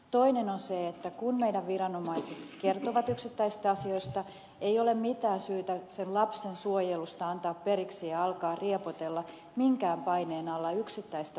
toinen on se että kun meillä viranomaiset kertovat yksittäisistä asioista ei ole mitään syytä sen lapsen suojelusta antaa periksi ja alkaa riepotella minkään paineen alla yksittäistä tapausta